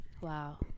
Wow